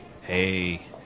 Hey